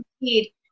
need